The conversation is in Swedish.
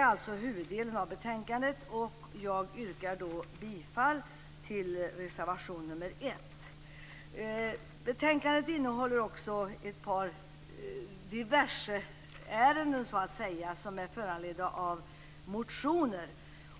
är alltså huvuddelen av betänkandet, och jag yrkar bifall till reservation nr 1. Betänkandet innehåller också ett par diverseärenden, så att säga, som är föranledda av motioner.